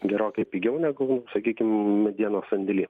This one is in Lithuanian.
gerokai pigiau negu sakykim medienos sandėly